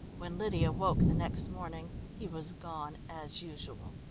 when lydia woke the next morning he was gone as usual.